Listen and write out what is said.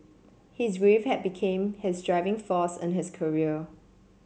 his grief had became his driving force in his career